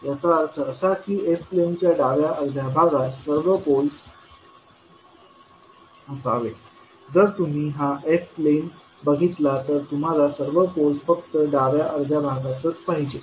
याचा अर्थ असा की s प्लेनच्या डाव्या अर्ध्या भागात सर्व पोलस् असावेत जर तुम्ही हा s प्लेन बघितला तर तुम्हाला सर्व पोलस् फक्त डाव्या अर्ध्या भागातच पाहिजेत